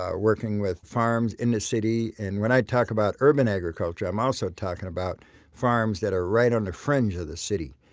working with farms in the city. and when i talk about urban agriculture, i'm also talking about farms that are right on the fringe of the city